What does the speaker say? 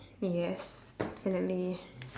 yes definitely